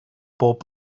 pob